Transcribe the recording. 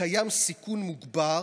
וקיים סיכון מוגבר,